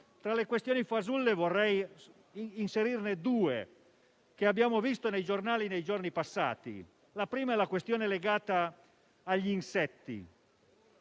Tra le questioni fasulle vorrei inserirne due apparse sui giornali nei giorni passati. La prima è quella legata agli insetti.